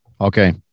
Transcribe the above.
Okay